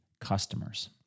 customers